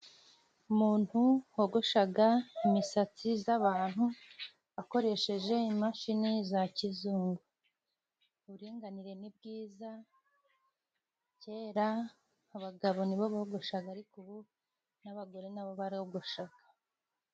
Umuntu wogoshaga imisatsi z'abantu akoresheje imashini za kizungu，uburinganire ni bwiza， kera abagabo nibo bogoshaga ariko ubu， n'abagore nabo baragoshaga.